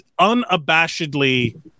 unabashedly